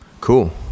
Cool